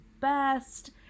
Best